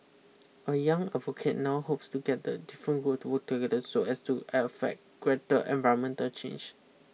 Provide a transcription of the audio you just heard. a young advocate now hopes to get the different group to work together so as to effect greater environmental change